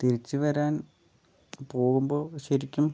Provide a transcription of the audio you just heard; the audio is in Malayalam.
തിരിച്ചു വരാൻ പോവുമ്പോൾ ശരിക്കും